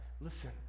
Listen